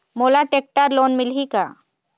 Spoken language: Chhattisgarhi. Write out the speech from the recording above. मोला टेक्टर लोन मिलही का?